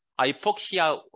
hypoxia